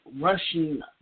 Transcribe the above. Russian